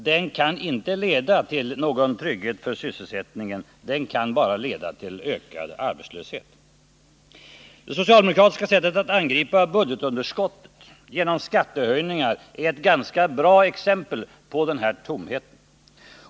Den kan inte leda till någon trygghet för sysselsättningen — den kan bara leda till ökad arbetslöshet. Det socialdemokratiska sättet att angripa budgetunderskottet genom skattehöjningar är ett ganska bra exempel på den här tomheten.